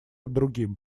другим